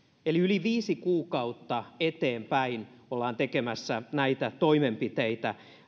eli yli viisi kuukautta eteenpäin ollaan tekemässä näitä toimenpiteitä